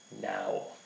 now